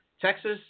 Texas